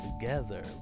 together